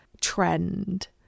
trend